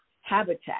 habitat